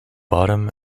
bottom